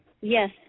Yes